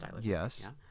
yes